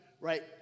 right